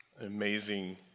Amazing